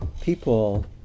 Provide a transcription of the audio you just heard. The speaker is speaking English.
people